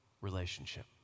relationship